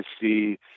see